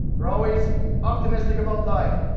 they're always optimistic about life.